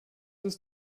ist